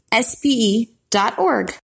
SPE.org